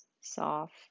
soft